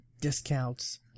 discounts